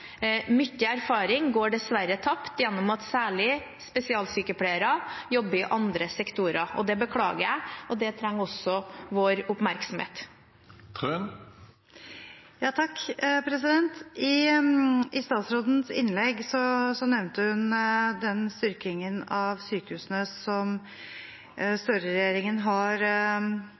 erfaring går dessverre tapt gjennom at særlig spesialsykepleiere jobber i andre sektorer. Det beklager jeg, og det trenger også vår oppmerksomhet. I statsrådens innlegg nevnte hun den styrkingen av sykehusene som